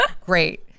great